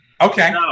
okay